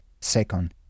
second